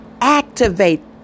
Activate